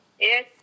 Yes